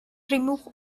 remove